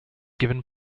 given